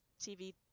TV